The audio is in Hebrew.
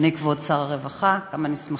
תודה רבה לך, אדוני כבוד שר הרווחה, כמה אני שמחה